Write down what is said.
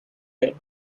went